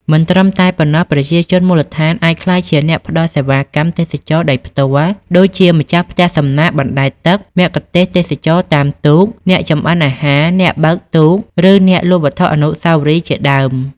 មិនត្រឹមតែប៉ុណ្ណោះ ប្រជាជនមូលដ្ឋានអាចក្លាយជាអ្នកផ្ដល់សេវាកម្មទេសចរណ៍ដោយផ្ទាល់ ដូចជាម្ចាស់ផ្ទះសំណាក់បណ្ដែតទឹក មគ្គុទ្ទេសក៍ទេសចរណ៍តាមទូក អ្នកចម្អិនអាហារ អ្នកបើកទូក ឬអ្នកលក់វត្ថុអនុស្សាវរីយ៍ជាដើម។